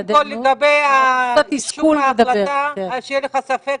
שלא יהיה לך ספק,